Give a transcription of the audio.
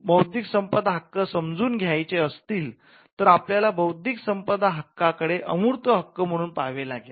बौद्धिक संपदा हक्क समजून घ्यायचे असतील तर आपल्याला बौद्धिक संपदा हक्का कडे अमूर्त हक्क म्हणून पाहावे लागेल